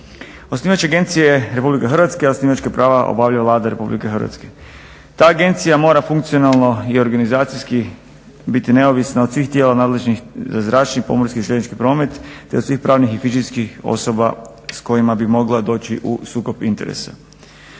Osnivač agencije je RH i osnivačka prava obavlja Vlada Republike Hrvatske. Ta agencija mora funkcionalno i organizacijski biti neovisna od svih tijela nadležnih za zračni, pomorski i željeznički promet, te od svih pravnih i fizičkih osoba s kojima bi mogla doći u sukob interesa.